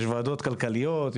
יש ועדות כלכליות,